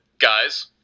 guys